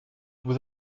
vous